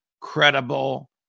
credible